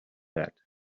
that